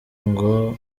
ngo